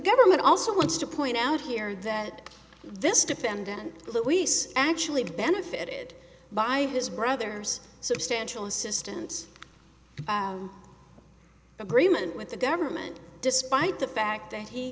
government also wants to point out here that this defendant luis actually benefited by his brother's substantial assistance agreement with the government despite the fact that he